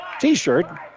t-shirt